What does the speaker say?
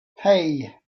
hey